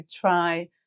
try